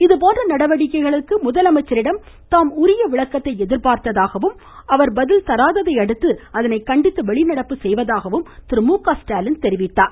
இதுபோன்ற நடவடிக்கைகளுக்கு முதலமைச்சரிடம் தாம் உரிய விளக்கத்தை எதிர்பார்த்தாகவும் அவர் பதில் தராததையடுத்து அதனை கண்டித்து வெளிநடப்பு செய்வதாகவும் கூறினார்